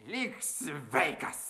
lik sveikas